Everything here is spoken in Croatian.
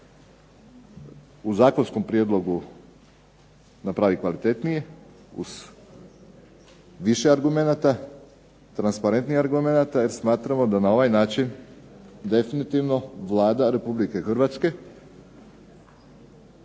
u zakonskom prijedlogu napravi kvalitetnije, uz više argumenata, transparentnijih argumenata, jer smatramo da na ovaj način definitivno Vlada Republike Hrvatske